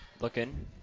Looking